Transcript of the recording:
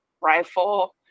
rifle